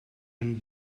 and